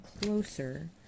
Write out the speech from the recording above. closer